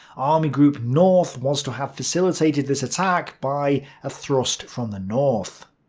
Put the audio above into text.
army group north was to have facilitated this attack by a thrust from the north.